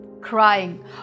crying